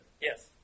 Yes